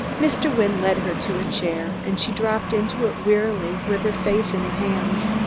mr. wynne led her to a chair, and she dropped into it wearily, with her face in her hands.